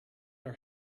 our